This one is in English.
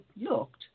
looked